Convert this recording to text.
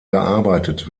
gearbeitet